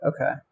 Okay